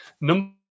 Number